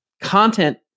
Content